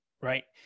Right